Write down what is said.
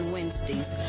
Wednesdays